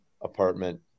apartment